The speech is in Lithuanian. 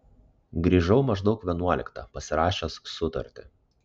grįžau maždaug vienuoliktą pasirašęs sutartį